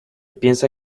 piensa